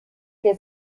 que